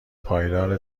پایدار